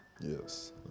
Yes